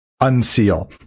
unseal